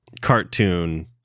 Cartoon